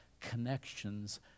Connections